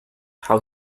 how